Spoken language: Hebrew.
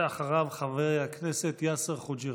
ואחריו, חבר הכנסת יאסר חוג'יראת.